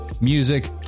music